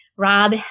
rob